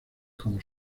como